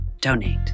donate